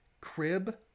crib